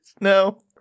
No